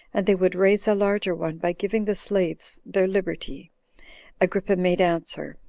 and they would raise a larger one by giving the slaves their liberty agrippa made answer,